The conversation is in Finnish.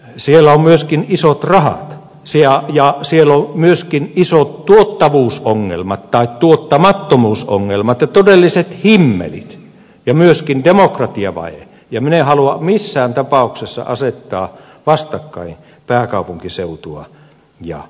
siellä ovat myöskin isot rahat ja siellä ovat myöskin isot tuottavuusongelmat tai tuottamattomuusongelmat ja todelliset himmelit ja myöskin demokratiavaje ja minä en halua missään tapauksessa asettaa vastakkain pääkaupunkiseutua ja muita